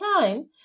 time